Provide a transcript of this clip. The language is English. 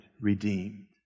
redeemed